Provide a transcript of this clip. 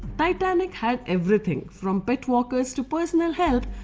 titanic had everything! from pet walkers to personal helps,